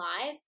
lies